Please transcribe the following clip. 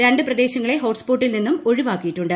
രണ്ട് പ്രദേശങ്ങളെ ഹോട്ട് സ്പോട്ടിൽ നിന്നും ഒഴിവാക്കിയിട്ടുണ്ട്